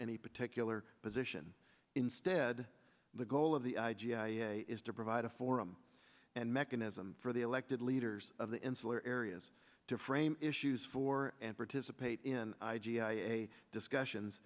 any particular position in stead the goal of the i g a is to provide a forum and mechanism for the elected leaders of the insular areas to frame issues for and participate in discussions